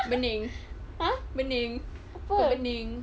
burning burning aku burning